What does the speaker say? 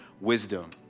wisdom